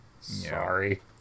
Sorry